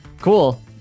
Cool